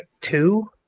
Two